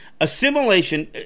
assimilation